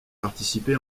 participé